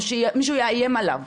או שמישהו יאיים עליו.